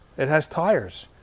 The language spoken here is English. it has tires,